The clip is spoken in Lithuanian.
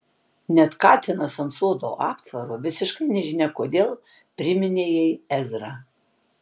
net katinas ant sodo aptvaro visiškai nežinia kodėl priminė jai ezrą